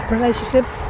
relationships